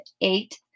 eight